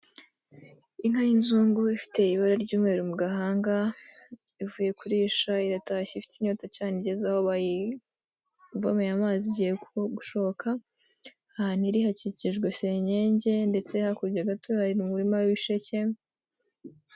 Inka y'inzungu ifite ibara ry'umweru mu gahanga ivuye kurisha iratahashya ifite inyota cyane igeze aho bayivomeye amazi igiye gushoka, ahantu iri hakikijwe senyenge ndetse hakurya gato hari umuririma w'ibisheke.